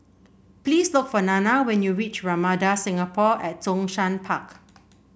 please look for Nana when you reach Ramada Singapore at Zhongshan Park